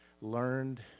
learned